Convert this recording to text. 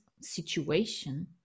situation